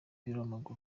w’umupira